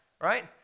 right